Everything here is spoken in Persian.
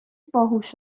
باهوش